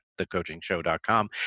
thecoachingshow.com